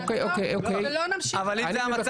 אז נעצור ולא נמשיך לתכנן?